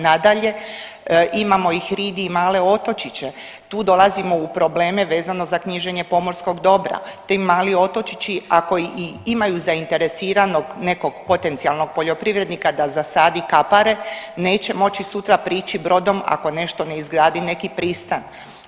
Nadalje, imamo i hridi i male otočiće, tu dolazimo u probleme vezano za knjiženje pomorskog dobra, ti mali otočići a koji i imaju zainteresiranog nekog potencijalnog poljoprivrednika da zasadi kapare, neće moći sutra priči brodom ako nešto ne izgradi neki pristan.